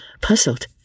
puzzled